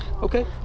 Okay